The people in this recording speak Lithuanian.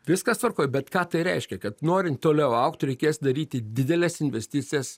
viskas tvarkoj bet ką tai reiškia kad norint toliau augt reikės daryti dideles investicijas